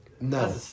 No